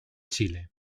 chile